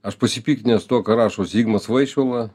aš pasipiktinęs tuo ką rašo zigmas vaišvila